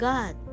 God